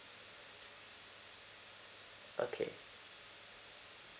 okay